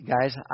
guys